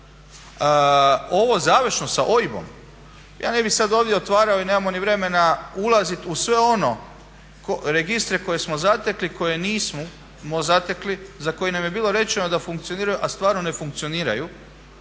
Ovo završno sa OIB-om, ja ne bi sad ovdje otvarao i nemamo ni vremena ulazit u sve one registre koje smo zatekli, koje nismo zatekli, za koje nam je bilo rečeno da funkcioniraju, a stvarno ne funkcioniraju